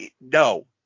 no